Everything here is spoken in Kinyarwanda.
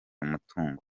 umutungo